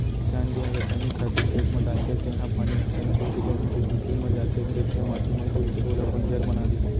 किसान जेन रसइनिक खातू खेत म डालथे तेन ह पानी के संग घुलके जमीन के भीतरी म जाथे, खेत के माटी म घुलके ओला बंजर बना देथे